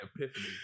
epiphany